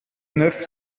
neuf